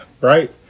right